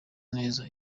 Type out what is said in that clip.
neza